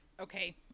Okay